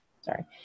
sorry